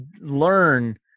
learn